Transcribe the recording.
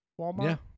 walmart